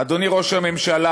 אדוני ראש הממשלה,